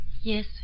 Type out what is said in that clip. Yes